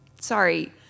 Sorry